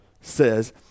says